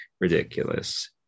ridiculous